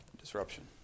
disruption